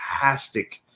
fantastic